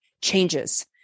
changes